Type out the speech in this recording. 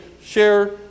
share